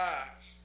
eyes